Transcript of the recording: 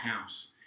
house